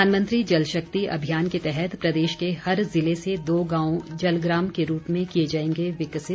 प्रधानमंत्री जलशक्ति अभियान के तहत प्रदेश के हर जिले से दो गांव जलग्राम के रूप में किए जाएंगे विकसित